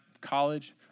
college